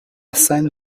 scène